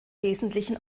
wesentlichen